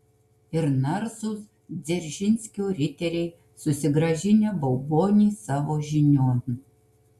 ir narsūs dzeržinskio riteriai susigrąžinę baubonį savo žinion